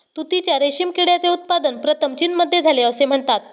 तुतीच्या रेशीम किड्याचे उत्पादन प्रथम चीनमध्ये झाले असे म्हणतात